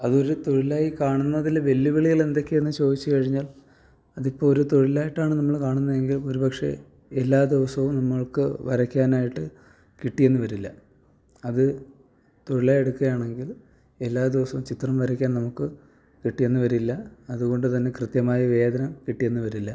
അത് ഒരു തൊഴിലായി കാണുന്നതില് വെല്ലുവിളികളെന്തൊക്കെയാണെന്ന് ചോദിച്ചുകഴിഞ്ഞാൽ അതിപ്പോള് ഒരു തൊഴിലായിട്ടാണ് നമ്മള് കാണുന്നതെങ്കിൽ ഒരു പക്ഷേ എല്ലാ ദിവസവും നമ്മൾക്ക് വരക്കാനായിട്ട് കിട്ടിയെന്ന് വരില്ല അത് തൊഴിലായി എടുക്കുകയാണെങ്കിൽ എല്ലാം ദിവസവും ചിത്രം വരയ്ക്കാൻ നമുക്ക് കിട്ടിയെന്ന് വരില്ല അതുകൊണ്ട് തന്നെ കൃത്യമായി വേതനം കിട്ടിയെന്ന് വരില്ല